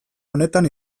honetan